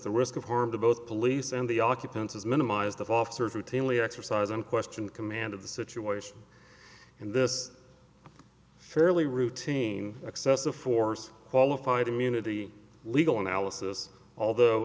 the risk of harm to both police and the occupants is minimized that officers routinely exercise and question the command of the situation and this fairly routine excessive force qualified immunity legal analysis although